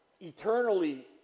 eternally